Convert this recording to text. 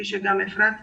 כפי שכבר אפרת דיברה,